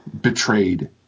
betrayed